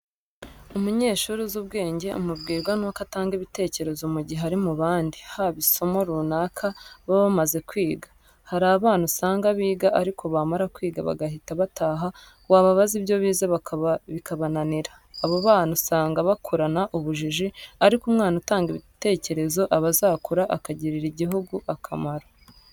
Umunyeshuri uzi ubwenge umubwirwa nuko atanga ibitekerezo mu gihe ari mu bandi, haba isomo runaka baba bamaze kwiga. Hari abana usanga biga ariko bamara kwiga bagahita bataha wababaza ibyo bize bikabananira, abo bana usanga bakurana ubujiji, ariko umwana utanga ibitekerezo aba azakura akagirira igihugu akamaro.